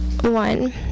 One